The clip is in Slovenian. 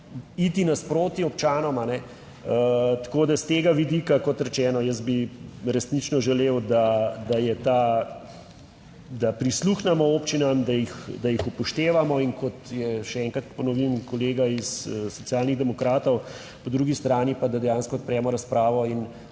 iti nasproti občanom, tako da s tega vidika, kot rečeno, jaz bi resnično želel, da je ta da prisluhnemo občinam, da jih, da jih upoštevamo in kot je, še enkrat ponovim, kolega iz Socialnih demokratov, po drugi strani pa, da dejansko odpremo razpravo in